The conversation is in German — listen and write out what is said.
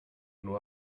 nur